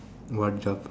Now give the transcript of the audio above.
what job